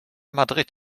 madrid